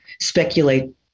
speculate